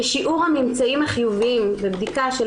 ששיעור הממצאים החיוביים בבדיקה של